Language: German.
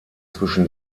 zwischen